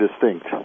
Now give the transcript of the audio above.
distinct